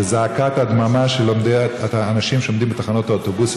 וזה זעקת הדממה של האנשים שעומדים בתחנות אוטובוס,